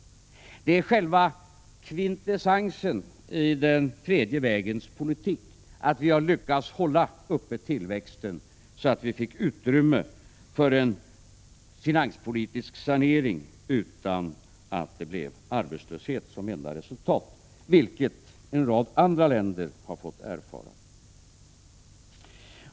Det är själva kvintessensen i den tredje vägens politik, att vi har lyckats hålla uppe tillväxten så att vi fick utrymme för en finanspolitisk sanering utan att det blev arbetslöshet som enda resultat, vilket en rad andra länder har fått erfara.